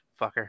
fucker